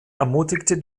ermutigte